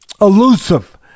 elusive